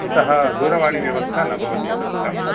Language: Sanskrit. इतः दूरवाणीव्यवस्था न भवति इतः परम्